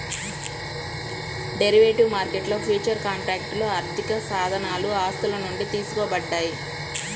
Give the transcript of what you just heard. derivative మార్కెట్లో futures కాంట్రాక్ట్లు ఆర్థికసాధనాలు ఆస్తుల నుండి తీసుకోబడ్డాయి